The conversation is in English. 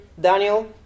Daniel